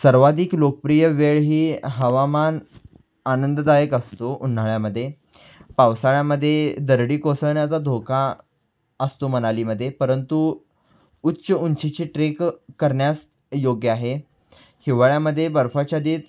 सर्वाधिक लोकप्रिय वेळ ही हवामान आनंददायक असतो उन्हाळ्यामध्ये पावसाळ्यामध्ये दरडी कोसळण्याचा धोका असतो मनालीमध्ये परंतु उच्च उंचीची ट्रेक करण्यास योग्य आहे हिवाळ्यामध्ये बर्फाच्छादित